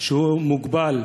שהוא מוגבל.